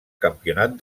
campionat